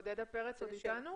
עודדה פרץ, את אתנו?